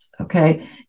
Okay